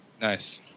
Nice